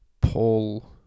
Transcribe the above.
Paul